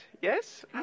Yes